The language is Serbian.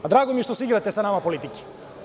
Drago mi je što se igrate sa nama politike.